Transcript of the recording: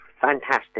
Fantastic